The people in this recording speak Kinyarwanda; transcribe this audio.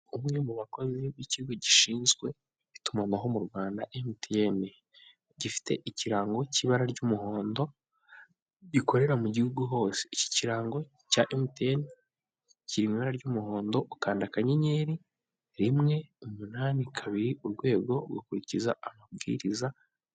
Umwe mu bakozi b'ikigo gishinzwe itumanaho mu Rwanda MTN, gifite ikirango cy'ibara ry'umuhondo rikorera mu gihugu hose, iki kirango cya MTN kiri mu ibara ry'umuhondo, ukanda kanyenyeri rimwe umunani kabiri urwego ugakurikiza amabwiriza.